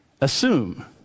assume